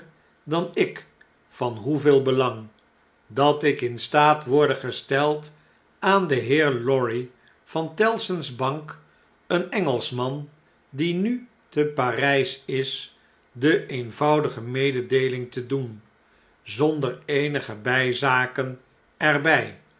dan ik van hoeveel belang dat ik in staat worde gesteld aan den heer lorry van tellson's bank een engelschman die nu te par g s is de eenvoudige mededeeling te doen zonder eenige bgzaken er bjj